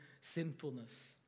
sinfulness